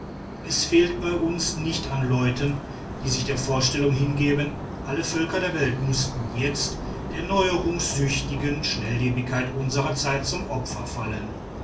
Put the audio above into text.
es fehlt bei uns nicht an leuten die sich der vorstellung hingeben alle völker der welt müßten jetzt der neuerungssüchtigen schnellebigkeit unserer zeit zum opfer fallen